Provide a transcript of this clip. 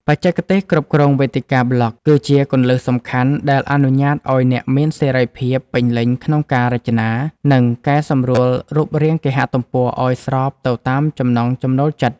បច្ចេកទេសគ្រប់គ្រងវេទិកាប្លក់ គឺជាគន្លឹះសំខាន់ដែលអនុញ្ញាតឱ្យអ្នកមានសេរីភាពពេញលេញក្នុងការរចនា និងកែសម្រួលរូបរាងគេហទំព័រឱ្យស្របទៅតាមចំណង់ចំណូលចិត្ត។